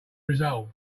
resolve